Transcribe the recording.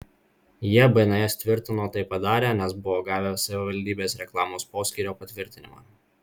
jie bns tvirtino tai padarę nes buvo gavę savivaldybės reklamos poskyrio patvirtinimą